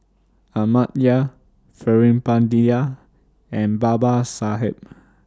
Amartya Veerapandiya and Babasaheb